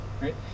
Right